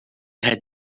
had